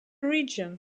region